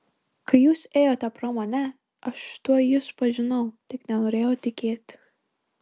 kai jūs ėjote pro mane aš tuoj jus pažinau tik nenorėjau tikėti